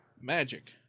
Magic